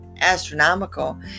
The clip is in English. astronomical